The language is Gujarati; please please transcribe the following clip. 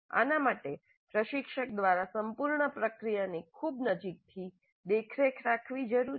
આના માટે પ્રશિક્ષક દ્વારા સંપૂર્ણ પ્રક્રિયાની ખૂબ નજીકથી દેખરેખ રાખવી જરૂરી છે